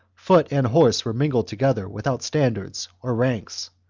foot and horse were mingled together without standards or ranks,